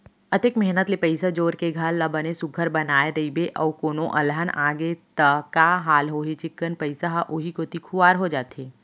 अतेक मेहनत ले पइसा जोर के घर ल बने सुग्घर बनाए रइबे अउ कोनो अलहन आगे त का हाल होही चिक्कन पइसा ह उहीं कोती खुवार हो जाथे